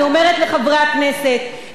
אני אומרת לחברי הכנסת,